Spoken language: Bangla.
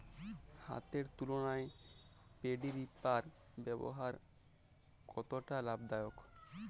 হাতের তুলনায় পেডি রিপার ব্যবহার কতটা লাভদায়ক?